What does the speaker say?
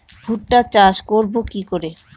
ভুট্টা চাষ করব কি করে?